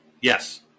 Yes